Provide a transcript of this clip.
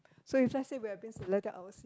so you just say we have this